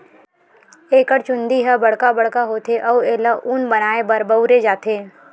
एकर चूंदी ह बड़का बड़का होथे अउ एला ऊन बनाए बर बउरे जाथे